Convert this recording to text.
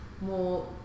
more